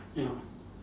ya